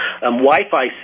Wi-Fi